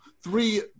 three